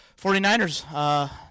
49ers